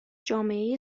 جامعه